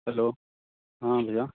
hello हाँ भैया